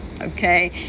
okay